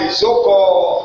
so-called